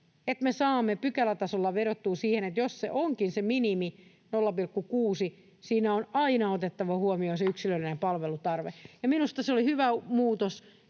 että me saamme pykälätasolla vedottua siihen, että jos se 0,6 onkin se minimi, niin siinä on aina otettava huomioon se yksilöllinen palveluntarve. Ja minusta se oli hyvä muutos,